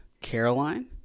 Caroline